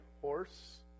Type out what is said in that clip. horse